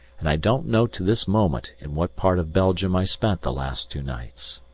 and i don't know to this moment in what part of belgium i spent the last two nights.